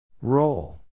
Roll